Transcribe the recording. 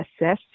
assess